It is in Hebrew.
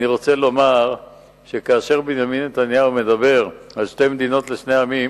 אני רוצה לומר שכאשר בנימין נתניהו מדבר על שתי מדינות לשני עמים,